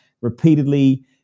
repeatedly